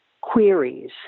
queries